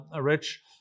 Rich